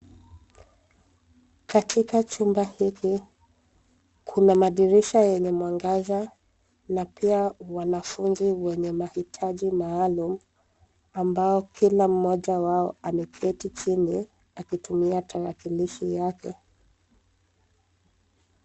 Katika chumba hiki, kuna madirisha yenye mwangaza, na pia wanafunzi wenye mahitaji maalum, ambao kila mmoja wao, ameketi chini, akitumia tarakilishi yake.